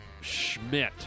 Schmidt